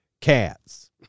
cats